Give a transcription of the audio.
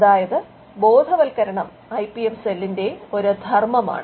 അതായത് ബോധവത്കരണം I P M സെല്ലിന്റെ ഒരു ധർമ്മമാണ്